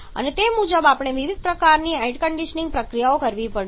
અને તે મુજબ આપણે વિવિધ પ્રકારની એર કન્ડીશનીંગ પ્રક્રિયાઓ કરવી પડશે